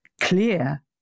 clear